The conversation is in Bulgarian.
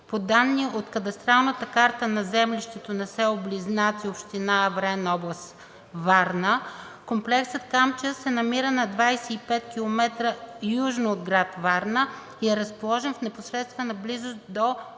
По данни от кадастралната карта на землището на село Близнаци, община Аврен, област Варна, комплексът „Камчия“ се намира на 25 км южно от град Варна и е разположен в непосредствена близост до